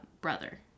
brother